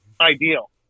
ideal